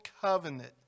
covenant